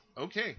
okay